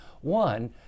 One